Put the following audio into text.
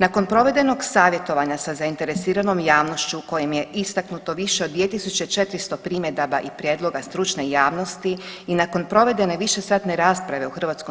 Nakon provedenog savjetovanja sa zainteresiranom javnošću u kojem je istaknuto više od 2.400 primjedaba i prijedloga stručne javnosti i nakon provedene višesatne rasprave u HS